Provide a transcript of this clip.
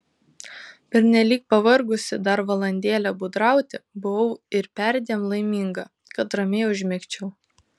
pernelyg pavargusi dar valandėlę būdrauti buvau ir perdėm laiminga kad ramiai užmigčiau